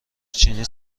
چینی